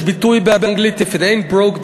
יש ביטוי באנגלית: If it ain't broke,